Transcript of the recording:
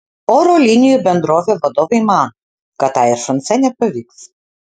oro linijų bendrovė vadovai mano kad air france nepavyks